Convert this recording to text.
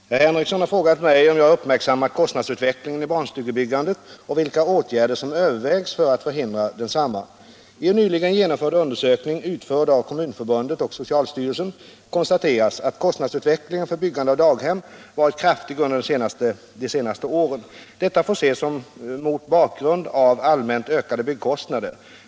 Herr talman! Herr Henrikson har frågat mig om jag har uppmärksammat kostnadsutvecklingen i barnstugebyggandet och vilka åtgärder som övervägs för att förhindra densamma. I en nyligen genomförd undersökning, utförd av Kommunförbundet och socialstyrelsen, konstateras att kostnadsutvecklingen för byggande av daghem varit kraftig under de senaste åren. Detta får ses mot bakgrund av allmänt ökade byggkostnader.